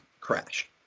crash